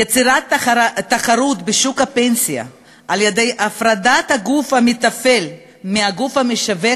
יצירת תחרות בשוק הפנסיה על-ידי הפרדת הגוף המתפעל מהגוף המשווק,